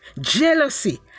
jealousy